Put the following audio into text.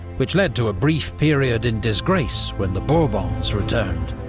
which led to a brief period in disgrace when the bourbons returned.